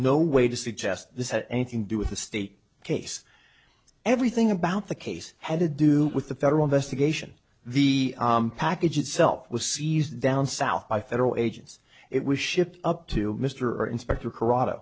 no way to suggest this had anything to do with the state case everything about the case had to do with the federal investigation the package itself was seized down south by federal agents it was shipped up to mr inspector